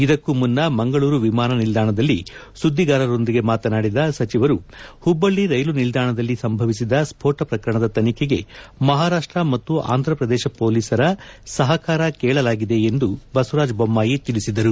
ಇದಕ್ಕೂ ಮುನ್ನ ಮಂಗಳೂರು ವಿಮಾನ ನಿಲ್ದಾಣದಲ್ಲಿ ಸುದ್ದಿಗಾರರ ಜತೆ ಮಾತನಾಡಿದ ಸಚಿವರು ಹುಬ್ಬಳ್ಳಿ ರೈಲು ನಿಲ್ದಾಣದಲ್ಲಿ ಸಂಭವಿಸಿದ ಸ್ಪೋಟ ಪ್ರಕರಣದ ತನಿಖೆಗೆ ಮಹಾರಾಷ್ಟ ಮತ್ತು ಆಂಧ್ರಪ್ರದೇಶ ಪೊಲೀಸರ ಸಹಕಾರ ಕೇಳಲಾಗಿದೆ ಎಂದು ಬಸವರಾಜ ಬೊಮ್ಮಾಯಿ ತಿಳಿಸಿದರು